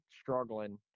struggling